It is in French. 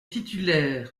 titulaire